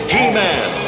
He-Man